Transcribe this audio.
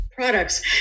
products